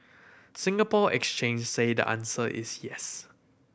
Singapore Exchange said the answer is yes